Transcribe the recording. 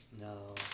No